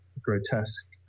grotesque